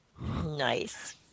Nice